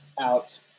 out